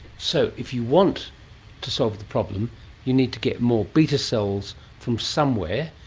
so if you want to solve the problem you need to get more beta cells from somewhere.